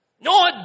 No